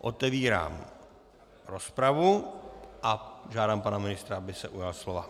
Otevírám rozpravu a žádám pana ministra, aby se ujal slova.